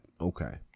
Okay